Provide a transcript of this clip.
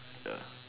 ya